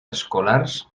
escolars